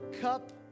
cup